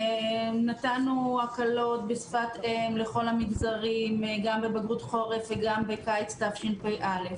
נתנו הקלות בשפת אם לכל המגזרים גם בבגרות חורף וגם בקיץ תשפ"א.